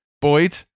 Boyd